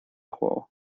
juego